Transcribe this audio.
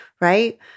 right